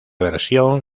versión